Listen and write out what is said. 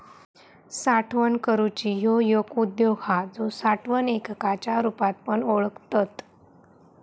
साठवण करूची ह्यो एक उद्योग हा जो साठवण एककाच्या रुपात पण ओळखतत